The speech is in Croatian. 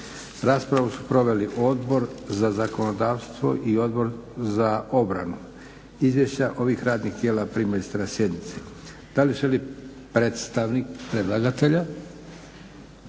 Raspravu su proveli Odbor za zakonodavstvo i Odbor za obranu. Izvješća ovih radnih tijela primili ste na sjednici. Da li želi predstavnik predlagatelja?